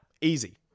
easy